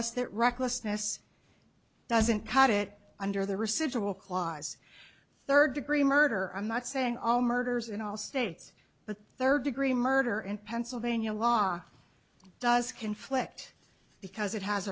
us that recklessness doesn't cut it under the reciprocal kleis third degree murder i'm not saying all murders in all states but the third degree murder in pennsylvania law does conflict because it has